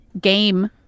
game